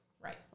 right